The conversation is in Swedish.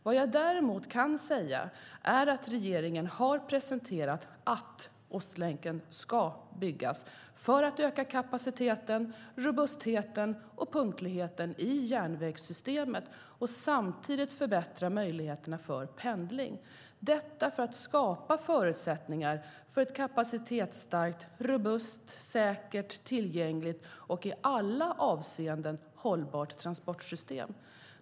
Vad jag däremot kan säga är att regeringen har presenterat att Ostlänken ska byggas för att öka kapaciteten, robustheten och punktligheten i järnvägssystemet och samtidigt förbättra möjligheterna för pendling - detta för att skapa förutsättningar för ett kapacitetsstarkt, robust, säkert, tillgängligt och i alla avseenden hållbart transportsystem.